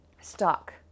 stuck